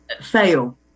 Fail